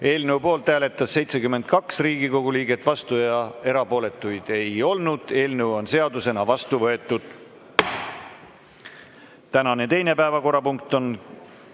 Eelnõu poolt hääletas 72 Riigikogu liiget, vastuolijaid ega erapooletuid ei olnud. Eelnõu on seadusena vastu võetud. Tänane teine päevakorrapunkt on